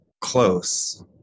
close